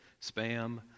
spam